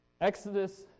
Exodus